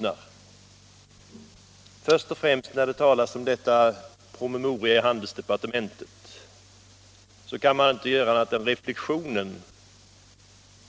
När det talas om promemorian i handelsdepartementet kan man inte annat än göra reflexionen: